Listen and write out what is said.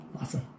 Awesome